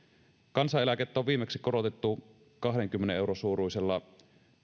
kansaneläkettä on viimeksi korotettu kahdenkymmenen euron suuruisella